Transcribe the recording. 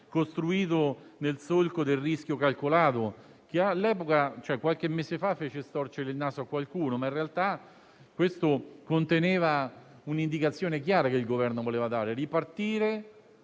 costruito nel solco del rischio calcolato, che qualche mese fa fece storcere il naso a qualcuno, ma in realtà conteneva un'indicazione chiara che il Governo voleva dare: ripartire